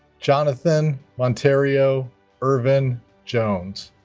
jonathan monterio ervin jones